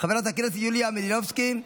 חברת הכנסת יוליה מלינובסקי,